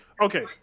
Okay